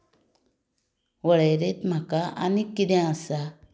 वळेरेंत म्हाका आनीक कितें आसा